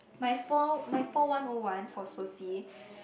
my four my four one O one for soci